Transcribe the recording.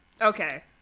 okay